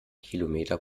kilometer